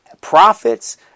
profits